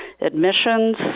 admissions